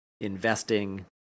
investing